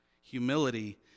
Humility